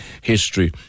history